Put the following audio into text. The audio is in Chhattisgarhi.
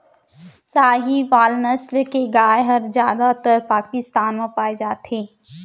साहीवाल नसल के गाय हर जादातर पाकिस्तान म पाए जाथे